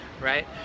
right